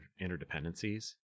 interdependencies